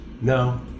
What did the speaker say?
No